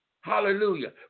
Hallelujah